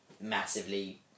massively